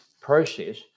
process